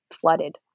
flooded